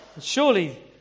Surely